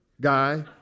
guy